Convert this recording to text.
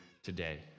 today